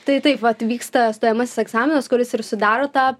tai taip vat vyksta stojamasis egzaminas kuris ir sudaro tą